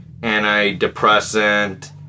antidepressant